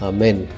Amen